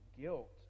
guilt